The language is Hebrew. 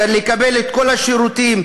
לקבל את כל השירותים,